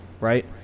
Right